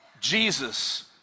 Jesus